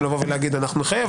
לבוא ולהגיד: אנחנו נחייב,